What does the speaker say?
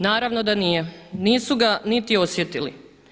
Naravno da nije, nisu ga niti osjetili.